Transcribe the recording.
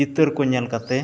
ᱪᱤᱛᱟᱹᱨ ᱠᱚ ᱧᱮᱞ ᱠᱟᱛᱮᱫ